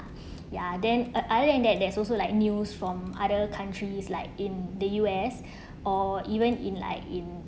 ya then uh other than that there's also like news from other countries like in the U_S or even in like in